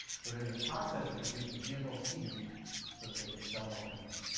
so they're in the process of producing gmo seed so that they can sell more chemicals.